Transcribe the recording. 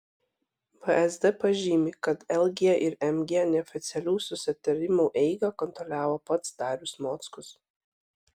vsd pažymi kad lg ir mg neoficialių susitarimų eigą kontroliavo pats darius mockus